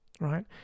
Right